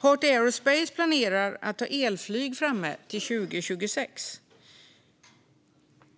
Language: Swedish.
Heart Aerospace planerar att ha elflyg framme till 2026.